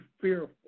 fearful